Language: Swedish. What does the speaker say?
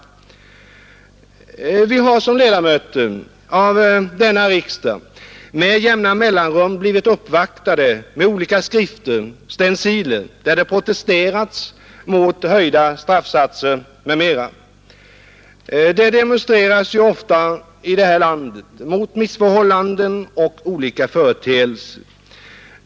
Vi har som ledamöter av denna riksdag med jämna mellanrum blivit uppvaktade med olika skrifter och stenciler där det protesterats mot de höjda straffsatserna m.m. Många demonstrerar ju ofta i detta land mot missförhållanden och olika företeelser.